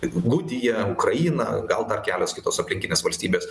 gudija ukraina gal dar kelios kitos aplinkinės valstybės